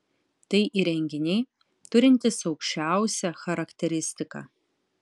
tai įrenginiai turintys aukščiausią charakteristiką